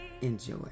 Enjoy